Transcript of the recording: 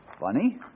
Funny